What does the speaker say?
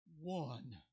one